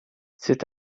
c’est